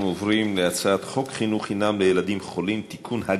אנחנו עוברים להצעת חוק חינוך חינם לילדים חולים (תיקון,